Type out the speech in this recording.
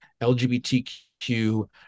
lgbtq